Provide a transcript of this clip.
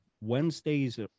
wednesdays